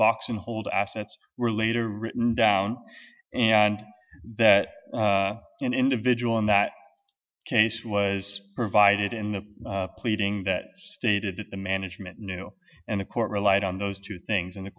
boxen hold assets were later written down and that an individual in that case was provided in the pleading that stated that the management knew and the court relied on those two things and the